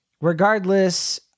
regardless